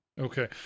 Okay